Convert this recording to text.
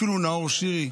אפילו נאור שירי,